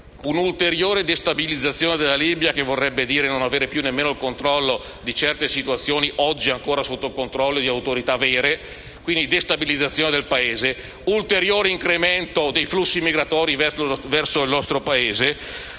una ulteriore destabilizzazione della Libia, che vorrebbe dire non avere più neanche il controllo di certe situazioni, oggi ancora sotto controllo, e di autorità vere; un ulteriore incremento dei flussi migratori verso il nostro Paese;